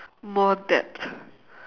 more depth